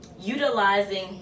utilizing